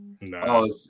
No